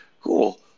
cool